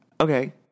Okay